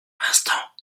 l’instant